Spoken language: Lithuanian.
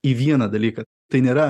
į vieną dalyką tai nėra